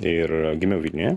ir gimiau vilniuje